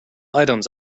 items